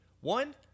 One